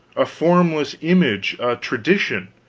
a formless image, a tradition,